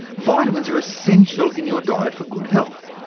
vitamins are essential in your diet for good health.